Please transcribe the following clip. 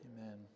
Amen